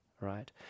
right